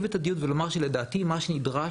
טיפה את הדיון ולומר שלדעתי מה שנדרש,